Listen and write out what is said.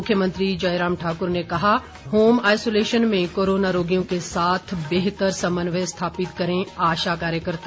मुख्यमंत्री जयराम ठाकुर ने कहा होम आईसोलेशन में कोरोना रोगियों के साथ बेहतर समन्वय स्थापित करें आशा कार्यकर्ता